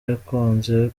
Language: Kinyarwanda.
yakunze